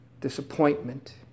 disappointment